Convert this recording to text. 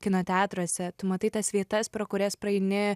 kino teatruose tu matai tas vietas pro kurias praeini